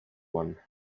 one